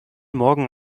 morgen